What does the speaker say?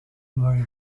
very